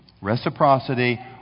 Reciprocity